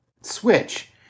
switch